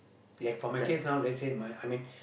the for my case now let's say my I mean